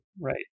Right